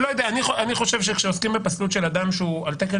אני חושב שכשעוסקים בפסלות של אדם שהוא על תקן